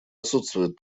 отсутствует